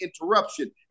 interruption